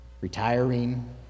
retiring